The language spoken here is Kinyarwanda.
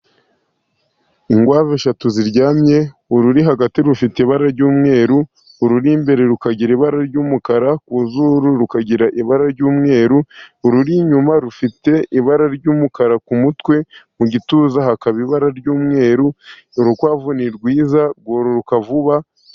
Inkwavu eshatu ziryamye, ururi hagati rufite ibara ry'umweru, ururi imbere rukagira ibara ry'umukara, ku zuru rukagira ibara ry'umweru, ururi inyuma rufite ibara ry'umukara ku mutwe, mu gituza hakaba ibara ry'umweru, urukwavu ni rwiza, rwororoka vuba,..